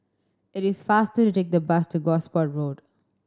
it is faster to take the bus to Gosport Road